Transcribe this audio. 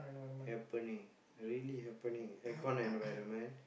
happening really happening aircon environment